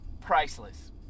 priceless